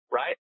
right